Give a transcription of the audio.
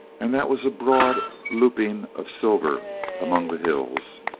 and that was a broad looping of silver among the hills,